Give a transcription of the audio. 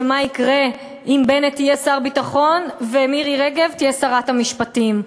מה יקרה אם בנט יהיה שר הביטחון ומירי רגב תהיה שרת המשפטים.